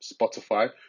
Spotify